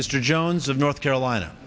mr jones of north carolina